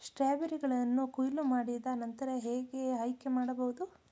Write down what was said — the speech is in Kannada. ಸ್ಟ್ರಾಬೆರಿಗಳನ್ನು ಕೊಯ್ಲು ಮಾಡಿದ ನಂತರ ಹೇಗೆ ಆಯ್ಕೆ ಮಾಡಬಹುದು?